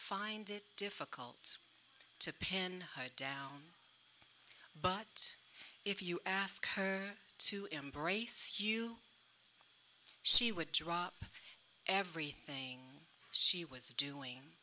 find it difficult to pin her down but if you ask her to embrace you she would drop everything she was doing